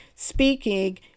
Speaking